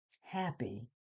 Happy